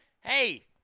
hey